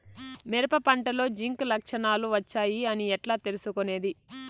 మిరప పంటలో జింక్ లక్షణాలు వచ్చాయి అని ఎట్లా తెలుసుకొనేది?